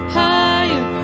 higher